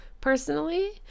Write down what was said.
personally